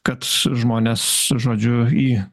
kad žmonės žodžiu į